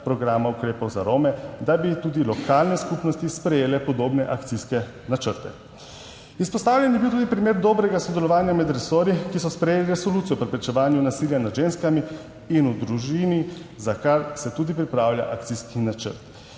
programa ukrepov za Rome, da bi tudi lokalne skupnosti sprejele podobne akcijske načrte. Izpostavljen je bil tudi primer dobrega sodelovanja med resorji, ki so sprejeli Resolucijo o preprečevanju nasilja nad ženskami in v družini, za kar se tudi pripravlja akcijski načrt.